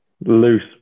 loose